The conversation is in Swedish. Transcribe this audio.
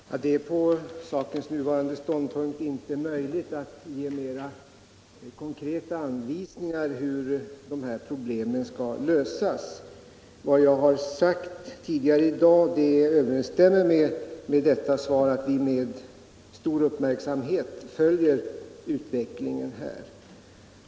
: Herr talman! Det är på sakens nuvarande ståndpunkt inte möjligt att ge mer konkreta anvisningar om hur problemen skall lösas. Vad jag har sagt tidigare i dag överensstämmer med vad jag säger i svaret, att vi med stor uppmärksamhet följer utvecklingen.